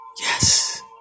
yes